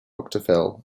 phil